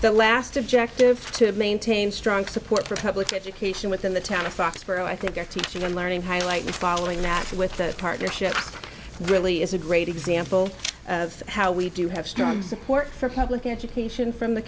the last objective to maintain strong support for public education within the town of fox so i think they're teaching and learning highlight the following matter with the partnership really is a great example of how we do have strong support for public education from the